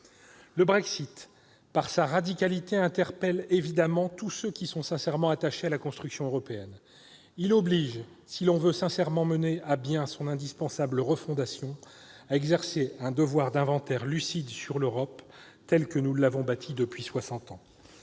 Le Brexit, par sa radicalité, interpelle tous ceux qui sont sincèrement attachés à la construction européenne. Il oblige, si l'on veut mener à bien son indispensable refondation, à exercer un devoir d'inventaire lucide sur l'Europe que nous avons bâtie depuis soixante